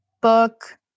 book